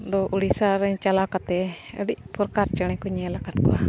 ᱫᱚ ᱩᱲᱤᱥᱥᱟ ᱨᱮ ᱪᱟᱞᱟᱣ ᱠᱟᱛᱮᱫ ᱟᱹᱰᱤ ᱯᱷᱚᱨᱠᱟᱨ ᱪᱮᱬᱮ ᱠᱚᱧ ᱧᱮᱞ ᱟᱠᱟᱫ ᱠᱚᱣᱟ